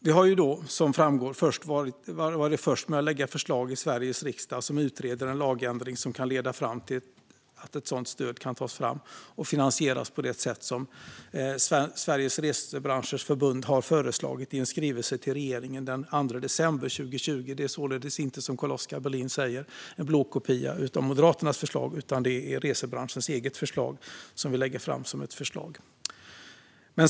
Vi har som framgår varit först med att lägga fram förslag i Sveriges riksdag om att utreda en lagändring som kan leda fram till att ett sådant stöd kan tas fram och finansieras på det sätt som Svenska resebyrå och arrangörsföreningen har föreslagit i en skrivelse till regeringen den 2 december 2020. Det är således inte som Carl-Oskar Bohlin säger en blåkopia av Moderaternas förslag, utan det är resebranschens eget förslag som vi lägger fram som ett förslag.